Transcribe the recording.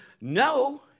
no